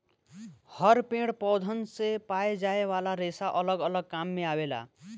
हर पेड़ पौधन से पाए जाये वाला रेसा अलग अलग काम मे आवेला